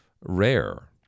rare